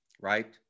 right